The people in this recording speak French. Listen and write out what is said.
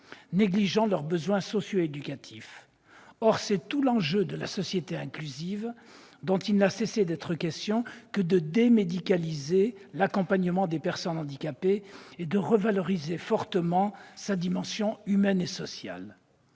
négligeant leurs besoins socio-éducatifs. Or c'est tout l'enjeu de la société inclusive, dont il n'a cessé d'être question, que de « démédicaliser » l'accompagnement des personnes handicapées et de revaloriser fortement sa dimension humaine et sociale.